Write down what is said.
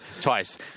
Twice